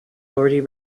already